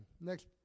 Next